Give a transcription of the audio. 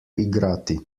igrati